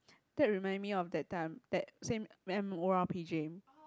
that remind me of that time that same man O R P Jame